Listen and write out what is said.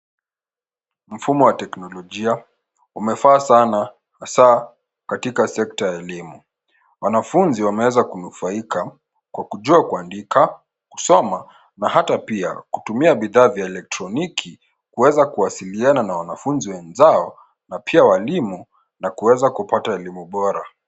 Mfumo wa teknolojia umefaa sana hasa katika sekta ya elimu. Wanafunzi wameweza kunufaika kwa kujua kuandika, kusoma na hata pia kutumia bidaa za elektronoki kuweza kuwasiliana na wanafunzi wenzao na pia walimu na kuweza kupata elimu bora.